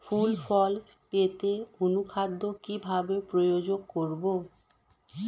ফুল ফল পেতে অনুখাদ্য কিভাবে প্রয়োগ করব?